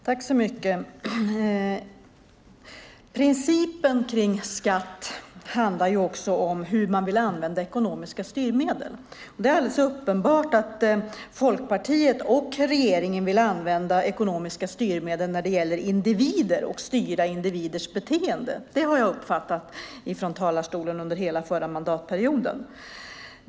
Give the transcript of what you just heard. Fru talman! Principen kring skatt handlar också om hur man vill använda ekonomiska styrmedel. Det är alldeles uppenbart att Folkpartiet och regeringen vill använda ekonomiska styrmedel för att styra individers beteende. Det har jag uppfattat från talarstolen under hela den förra mandatperioden.